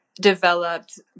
developed